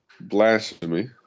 blasphemy